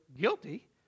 guilty